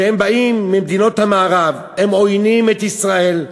שבאים ממדינות המערב, הם עוינים את ישראל,